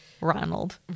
Ronald